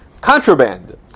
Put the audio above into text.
contraband